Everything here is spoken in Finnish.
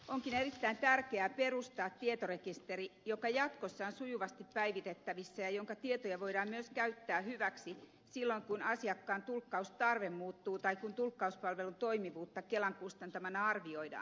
onkin erittäin tärkeää perustaa tietorekisteri joka jatkossa on sujuvasti päivitettävissä ja jonka tietoja voidaan myös käyttää hyväksi silloin kun asiakkaan tulkkaustarve muuttuu tai kun tulkkauspalvelun toimivuutta kelan kustantamana arvioidaan